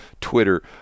Twitter